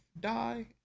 die